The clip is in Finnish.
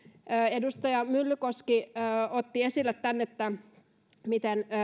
edustaja myllykoski otti esille tämän miten